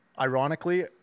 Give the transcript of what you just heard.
ironically